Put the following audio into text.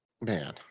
Man